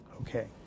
okay